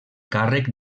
càrrec